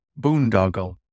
boondoggle